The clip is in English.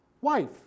wife